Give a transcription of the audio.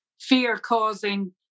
fear-causing